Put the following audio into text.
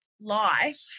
life